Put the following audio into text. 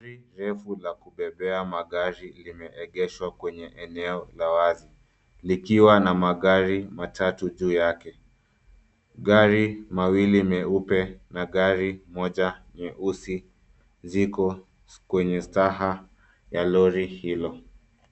Lori refu la kubebea magari, limeegeshwa kwenye eneo la wazi, likiwa na magari matatu juu yake. Gari mawili meupe, na gari moja nyeusi, ziko kwenye staha ya lori hilo.